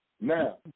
Now